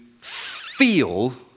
feel